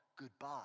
goodbye